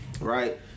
Right